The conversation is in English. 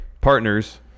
Partners